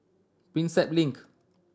Prinsep Link